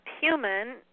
human